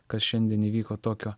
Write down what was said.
kas šiandien įvyko tokio